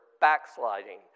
backsliding